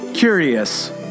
Curious